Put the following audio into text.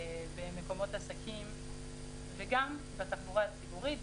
במקומות של עסקים וגם בתחבורה הציבורית,